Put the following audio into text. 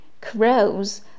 Crows